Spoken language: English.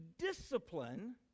discipline